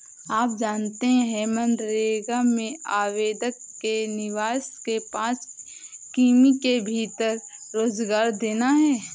आप जानते है मनरेगा में आवेदक के निवास के पांच किमी के भीतर रोजगार देना है?